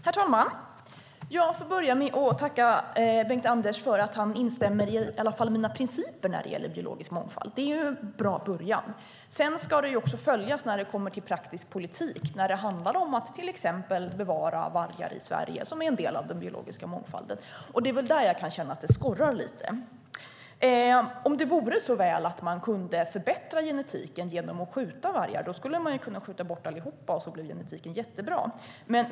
Herr talman! Jag tackar Bengt-Anders Johansson för att han instämmer i mina principer när det gäller biologisk mångfald. Det är en bra början. Det ska sedan följas när det kommer till praktisk politik, som att bevara vargar i Sverige. De är ju en del av den biologiska mångfalden. Där kan jag känna att det skorrar lite. Om det vore så väl att man kunde förbättra genetiken genom att skjuta vargar kunde man ju skjuta bort allihop så skulle genetiken bli jättebra.